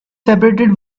separated